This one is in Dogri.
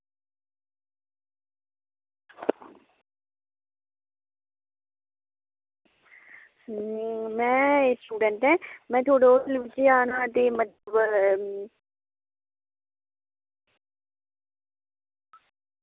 में स्टूडेंट आं में थुआढ़े होटलै बिच्च जाना ते मतबल